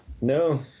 No